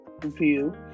View